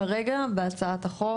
כרגע בהצעת החוק